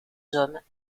hommes